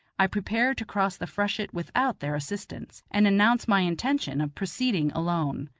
i prepare to cross the freshet without their assistance, and announce my intention of proceeding alone.